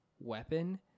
weapon